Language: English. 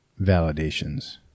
validations